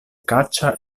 caccia